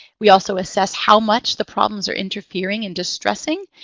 we also assess how much the problems are interfering and distressing.